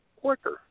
quicker